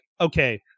okay